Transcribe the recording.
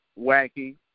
wacky